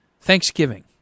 Thanksgiving